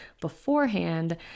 beforehand